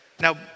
Now